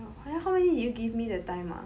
!huh! then how many did you give me that time ah